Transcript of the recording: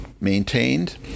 maintained